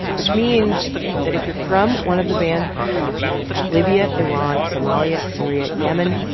which means that if you're from one of the banned countries libya, iran, somalia, syria, yemen,